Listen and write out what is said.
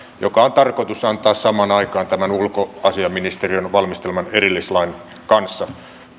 joka on tarkoitus antaa samaan aikaan tämän ulkoasiainministeriön valmisteleman erillislain kanssa